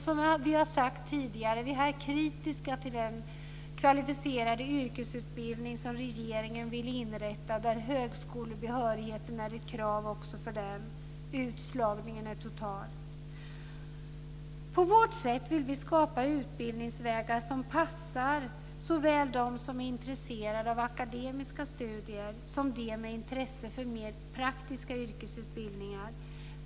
Som vi har sagt tidigare är vi kritiska till den kvalificerade yrkesutbildning som regeringen vill inrätta där högskolebehörigheten också är ett krav. Utslagningen är total. På vårt sätt vill vi skapa utbildningsvägar som passar såväl dem som är intresserade av akademiska studier som dem med intresse för mer praktiska utbildningar.